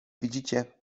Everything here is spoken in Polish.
widzicie